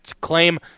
claim